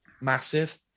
massive